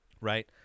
right